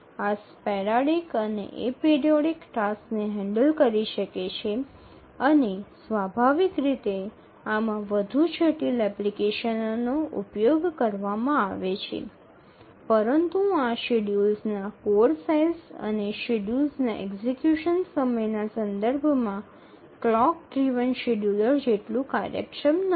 આ સ્પેરાડિક અને એપરિઓઇડિક ટાસક્સને હેન્ડલ કરી શકે છે અને સ્વાભાવિક રીતે આમાં વધુ જટિલ એપ્લિકેશનોનો ઉપયોગ કરવામાં આવે છે પરંતુ આ શેડ્યૂલર્સના કોડ સાઇઝ અને શેડ્યૂલર્સના એક્ઝેક્યુશન સમયના સંદર્ભમાં ક્લોક ડ્રિવન શેડ્યૂલર જેટલું કાર્યક્ષમ નથી